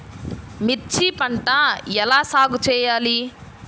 మిర్చి పంట ఎలా సాగు చేయాలి?